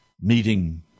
meeting